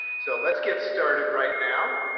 so let's get started right now.